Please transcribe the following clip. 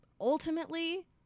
ultimately